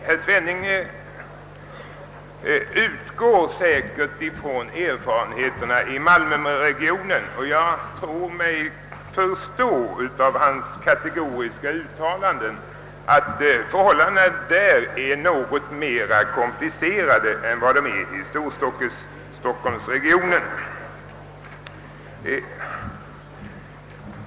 Herr Svenning utgår säkerligen från erfarenheterna i malmöregionen. Jag tror mig av hans kategoriska uttalanden förstå att förhållandena där är något mindre komplicerade än i storstockholmsregionen.